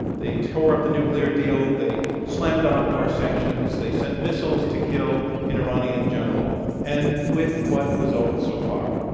they tore up the nuclear deal, they slammed on more sanctions, they sent missiles to kill an iranian general. and with that result so far?